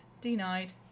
denied